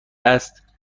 است